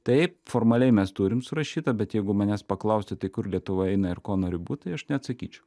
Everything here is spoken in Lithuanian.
taip formaliai mes turim surašytą bet jeigu manęs paklausti tai kur lietuva eina ir kuo nori būt tai aš neatsakyčiau